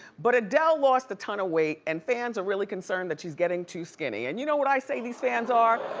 but adele lost a ton of weight and fans are really concerned that she's getting too skinny. and you know what i say these fans are?